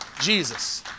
Jesus